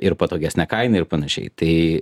ir patogesnę kainą ir panašiai tai